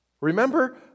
Remember